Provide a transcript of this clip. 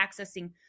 accessing